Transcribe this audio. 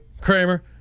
Kramer